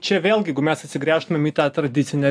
čia vėlgi jeigu mes atsigręžtumėm į tą tradicinę